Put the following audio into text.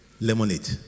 lemonade